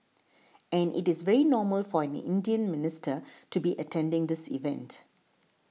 and it is very normal for an Indian minister to be attending this event